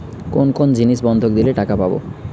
কোন কোন জিনিস বন্ধক দিলে টাকা পাব?